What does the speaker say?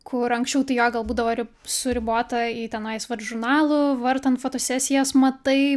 kur anksčiau tai jo gal būdavo ri su ribota į tenais vat žurnalų vartant fotosesijas matai